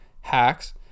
hacks